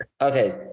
okay